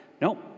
No